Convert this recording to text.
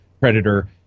Predator